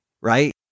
right